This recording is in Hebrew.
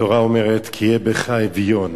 התורה אומרת: "כי יהיה בך אביון